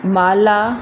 माला